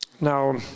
now